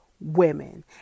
women